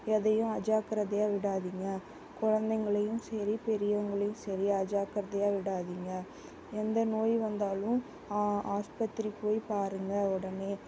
எதையும் அஜாக்கிரதையாக விடாதீங்க குழந்தைங்களையும் சரி பெரியவர்களையும் சரி அஜாக்கிரதையாக விடாதீங்க எந்த நோய் வந்தாலும் ஆஸ்பத்திரி போய் பாருங்க உடனே